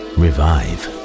revive